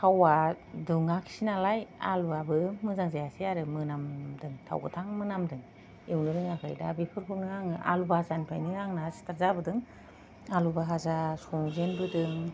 थावआ दुङासै नालाय आलुवाबो मोजां जायासै आरो मोनामदों थाव गोथां मोनामदों एवनो रोङाखै दा बेफोरखौनो आङो आलु भाजानिफ्रायनो आंना स्टार्ट जाबोदों आलु भाजा संजेन बोदों